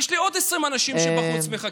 יש לי עוד 20 אנשים שמחכים בחוץ.